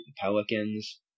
Pelicans